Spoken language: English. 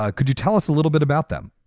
ah could you tell us a little bit about them?